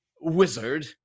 Wizard